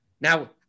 Now